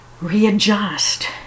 readjust